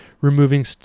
removing